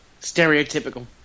Stereotypical